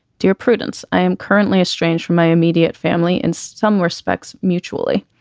dear prudence, i am currently estranged from my immediate family in some respects mutually.